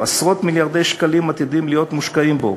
שכן עשרות מיליארדי שקלים עתידים להיות מושקעים בו.